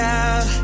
out